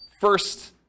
first